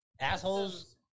Assholes